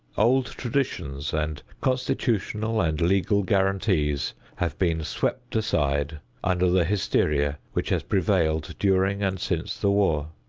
old traditions and constitutional and legal guarantees have been swept aside under the hysteria which has prevailed during and since the war.